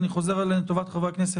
אני חוזר עליהן לטובת חברי הכנסת.